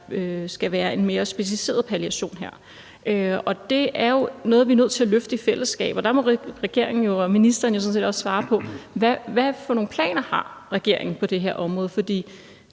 skal være en mere specialiseret palliation, og det er jo noget, vi er nødt til at løfte i fællesskab. Der må regeringen og ministeren sådan set også svare på, hvilke planer regeringen har på det her område. For